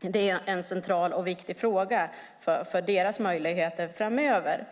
Det är en central och viktig fråga för deras möjligheter framöver.